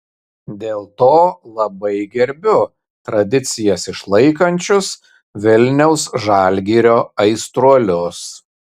dėl to labai gerbiu tradicijas išlaikančius vilniaus žalgirio aistruolius